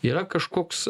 yra kažkoks